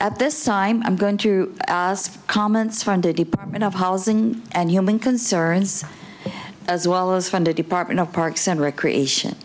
at this time i'm going to comments founder department of housing and human concerns as well as from the department of parks and recreation